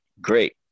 great